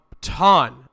ton